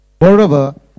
Moreover